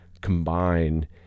combine